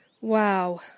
Wow